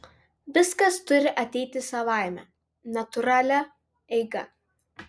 viskas turi ateiti savaime natūralia eiga